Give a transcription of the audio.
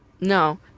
No